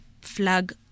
flag